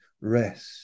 rest